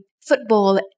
football